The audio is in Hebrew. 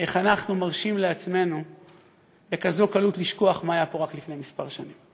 איך אנחנו מרשים לעצמנו בקלות כזאת לשכוח מה היה פה רק לפני כמה שנים: